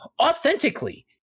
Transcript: authentically